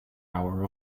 hour